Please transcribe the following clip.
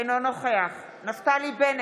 אינו נוכח נפתלי בנט,